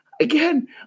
Again